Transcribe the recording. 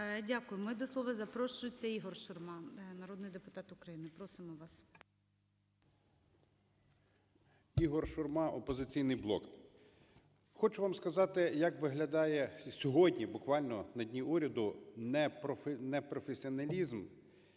Дякую. І до слова запрошується ІгорШурма, народний депутат України. Просимо вас. 13:32:48 ШУРМА І.М. ІгорШурма, "Опозиційний блок". Хочу вам сказати, як виглядає сьогодні буквально на дні уряду непрофесіоналізм